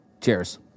Cheers